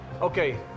Okay